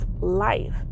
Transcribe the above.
life